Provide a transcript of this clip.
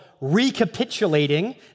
recapitulating